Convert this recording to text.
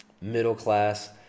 middle-class